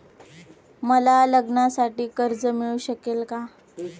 मला लग्नासाठी कर्ज मिळू शकेल का?